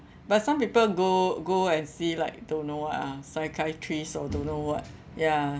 but some people go go and see like don't know what ah psychiatrist or don't know what ya